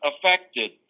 affected